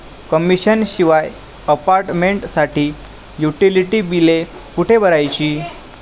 Commission शिवाय अपार्टमेंटसाठी utility बिले कुठे भरायची?